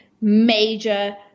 major